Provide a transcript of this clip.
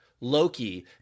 Loki